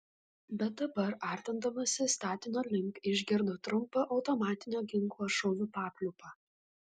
bet dabar artindamasi statinio link išgirdo trumpą automatinio ginklo šūvių papliūpą